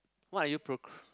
what are you procr~